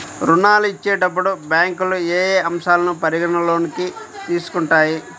ఋణాలు ఇచ్చేటప్పుడు బ్యాంకులు ఏ అంశాలను పరిగణలోకి తీసుకుంటాయి?